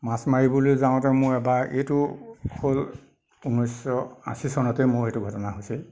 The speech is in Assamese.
মাছ মাৰিবলৈ যাওঁতে মোৰ এবাৰ এইটো হ'ল ঊনৈছশ আশী চনতে মোৰ এইটো ঘটনা হৈছিল